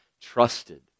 trusted